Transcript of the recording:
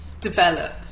develop